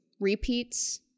repeats